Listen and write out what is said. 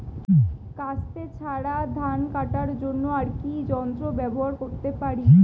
কাস্তে ছাড়া ধান কাটার জন্য আর কি যন্ত্র ব্যবহার করতে পারি?